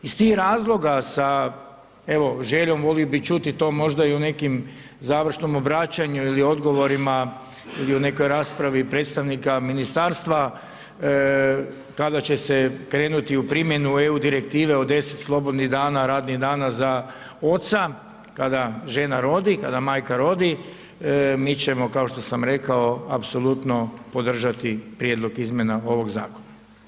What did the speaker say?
Iz tih razloga sa evo željom volio bih to čuti možda u nekom završnom obraćanju ili odgovorima ili u nekoj raspravi predstavnika ministarstva kada će se krenuti u primjenu EU direktive od 10 slobodnih radnih dana za oca kada žena rodi, kada majka rodi, mi ćemo kao što sam rekao apsolutno podržati prijedlog izmjena ovog zakona.